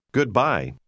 Goodbye